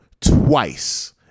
twice